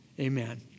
amen